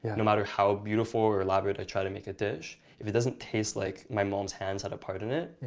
no matter how beautiful or elaborate i try to make a dish, if it doesn't taste like my mom's hands had a part in it,